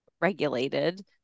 regulated